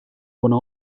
bona